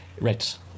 Right